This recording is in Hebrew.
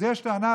אז יש טענה,